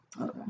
Okay